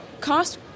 cost